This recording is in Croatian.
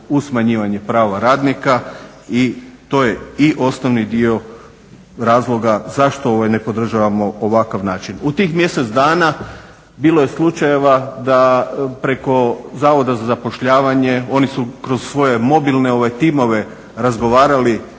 u smanjivanje prava radnika i to je i osnovni dio razloga zašto ne podržavamo ovakav način. U tih mjesec dana bilo je slučajeva da preko Zavoda za zapošljavanje oni su kroz svoje mobilne timove razgovarali